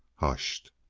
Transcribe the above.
hushed.